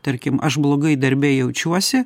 tarkim aš blogai darbe jaučiuosi